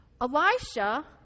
Elisha